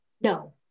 no